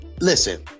Listen